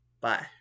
bye